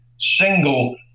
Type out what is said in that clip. single